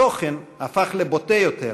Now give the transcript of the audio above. התוכן הפך לבוטה יותר,